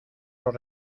los